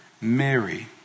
Mary